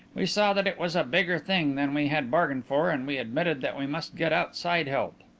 we saw that it was a bigger thing than we had bargained for and we admitted that we must get outside help.